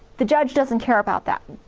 the judge doesn't care about that.